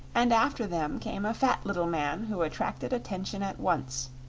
and after them came a fat little man who attracted attention at once,